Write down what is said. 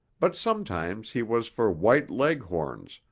but sometimes he was for white leghorns,